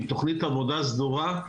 עם תוכנית עבודה סדורה.